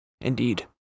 Indeed